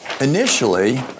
Initially